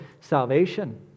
salvation